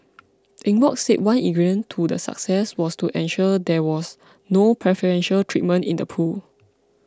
Eng Bock said one ingredient to the success was to ensure there was no preferential treatment in the pool